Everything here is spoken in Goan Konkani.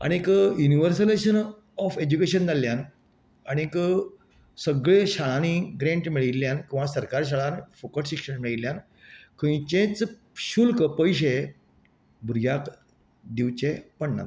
आनीक युनिवरसलाजेशन ऑफ ऍजुकेशन जाल्ल्यान आनीक सगळें शाळांनी ग्रेंट मेळील्ल्यान गोवा सरकार शाळार फुकट शिक्षण मेळिल्ल्यान खंयचेच शुल्क पयशें भुरग्याक दिवचें पडना